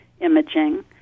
imaging